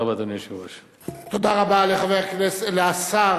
תודה רבה, אדוני היושב-ראש.